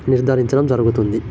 నిర్దారించడం జరుగుతుంది